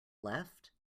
left